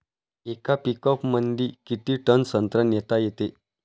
येका पिकअपमंदी किती टन संत्रा नेता येते?